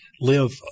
live